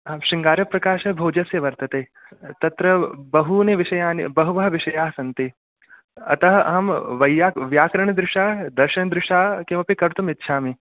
शृङ्गारप्रकाशभोजस्य वर्तते तत्र बहूनि विषयानि बहवः विषयाः सन्ति अतः अहं व्याकरणदृशा दर्शनदृशा किमपि कर्तुमिच्छामि